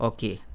Okay